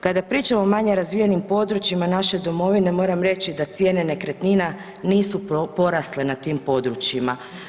Kada pričamo o manje razvijenim područjima naše domovine moram reći da cijene nekretnine nisu porasle na tim područjima.